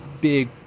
big